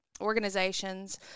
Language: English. organizations